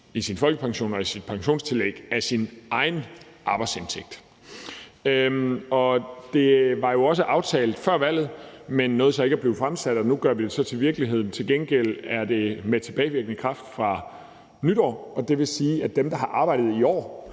i sin folkepension og i sit pensionstillæg af sin egen arbejdsindtægt. Det var jo også aftalt før valget, men nåede så ikke at blive fremsat. Nu gør vi det så til virkelighed. Til gengæld er det med tilbagevirkende kraft fra nytår, og det vil sige, at dem, der har arbejdet i år